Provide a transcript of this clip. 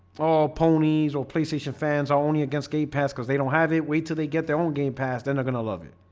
all ponies or playstation fans are only against gay past because they don't have it wait till they get their own game past and they're gonna love it